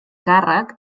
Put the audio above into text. càrrec